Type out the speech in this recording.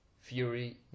Fury